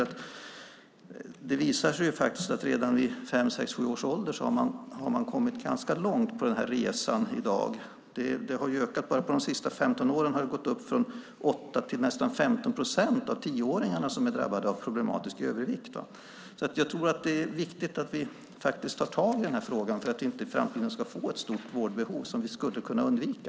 Det visar sig faktiskt att barn redan vid fem-sju års ålder har kommit ganska långt på den här resan i dag. Bara under de senaste 15 åren har andelen tioåringar som är drabbade av problematisk övervikt gått upp från 8 till nästan 15 procent. Jag tror att det är viktigt att vi tar tag i frågan för att vi inte i framtiden ska få ett stort vårdbehov som vi skulle kunna undvika.